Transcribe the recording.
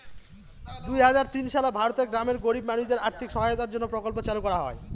দুই হাজার তিন সালে ভারতের গ্রামের গরিব মানুষদের আর্থিক সহায়তার জন্য প্রকল্প চালু করা হয়